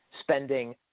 spending